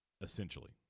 essentially